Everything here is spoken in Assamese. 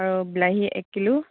আৰু বিলাহী এক কিলো